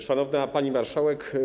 Szanowna Pani Marszałek!